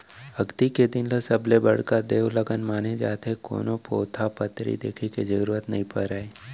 अक्ती के दिन ल सबले बड़का देवलगन माने जाथे, कोनो पोथा पतरी देखे के जरूरत नइ परय